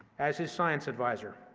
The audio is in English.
as his science advisor,